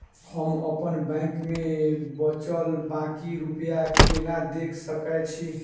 हम अप्पन बैंक मे बचल बाकी रुपया केना देख सकय छी?